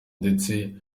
ndetse